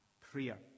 prayer